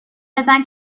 بزن